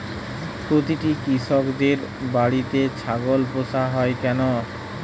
প্রতিটি কৃষকদের বাড়িতে ছাগল পোষা হয় কেন?